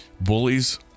Bullies